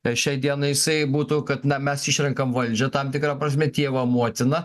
šiai dienai jisai būtų kad na mes išrenkam valdžią tam tikra prasme tėvą motiną